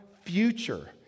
future